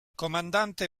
comandante